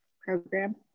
program